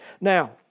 Now